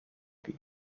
baby